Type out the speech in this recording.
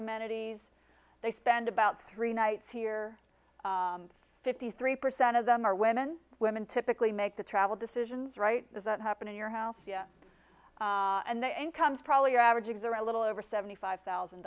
amenities they spend about three nights here fifty three percent of them are women women typically make the travel decisions right does that happen in your house via and the incomes probably average exert a little over seventy five thousand